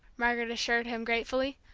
margaret assured him gratefully,